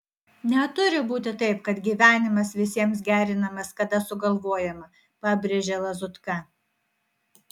neturi būti taip kad gyvenimas visiems gerinamas kada sugalvojama pabrėžia lazutka